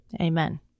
Amen